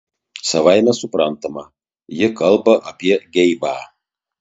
savaime suprantama ji kalba apie geibą